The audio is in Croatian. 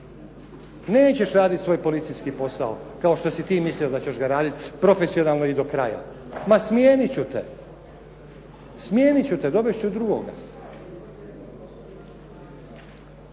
Nećeš raditi svoj policijski posao kao što si ti mislio da ćeš ga raditi profesionalno i do kraja. Ma smijeniti ću te, smijeniti ću te dovesti ću drugoga.